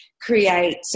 create